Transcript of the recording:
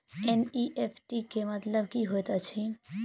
NEFT केँ मतलब की होइत अछि?